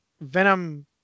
Venom